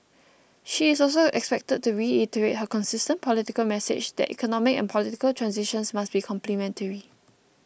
she is also expected to reiterate her consistent political message that economic and political transitions must be complementary